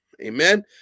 amen